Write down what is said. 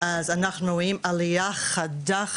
אז אנחנו רואים עלייה חדה חדה,